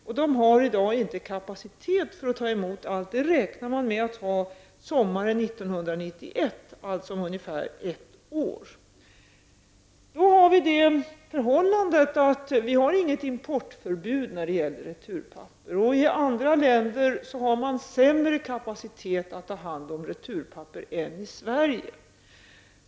Dessa har i dag inte kapacitet för att ta emot allt. Det räknar man med att ha fr.o.m. sommaren 1991 -- alltså om ungefär ett år. Vi har inget importförbud när det gäller returpapper. I andra länder har man sämre kapacitet att ta hand om returpapper än i Sverige.